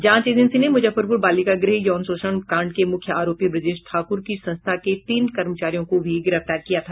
जांच एजेंसी ने मुजफ्फरपुर बालिका गृह यौन शोषण कांड के मुख्य आरोपी ब्रजेश ठाकुर की संस्था के तीन कर्मचारियों को भी गिरफ्तार किया गया था